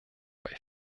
bei